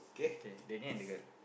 okay Daniel and the girl